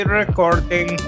recording